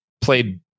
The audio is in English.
played